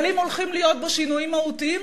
אבל אם הולכים להיות בו שינויים מהותיים,